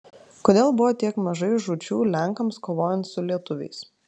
kodėl buvo tiek mažai žūčių lenkams kovojant su lietuviais